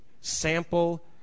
sample